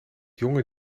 jonge